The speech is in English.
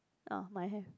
orh might have